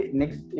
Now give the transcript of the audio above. next